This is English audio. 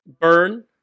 Burn